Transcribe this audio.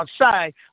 outside